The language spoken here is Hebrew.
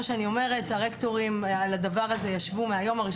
כמו שאני אומרת הרקטורים ישבו על הדבר הזה מהיום הראשון